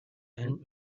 and